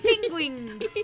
penguins